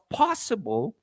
possible